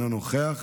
אינו נוכח,